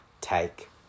take